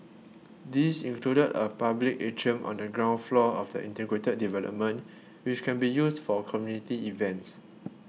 these included a public atrium on the ground floor of the integrated development which can be used for community events